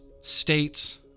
states